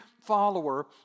follower